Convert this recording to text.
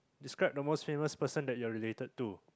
describe the most famous person that you are related to